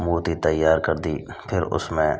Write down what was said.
मूर्ति तैयार कर दी फिर उसमें